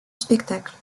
spectacle